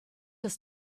des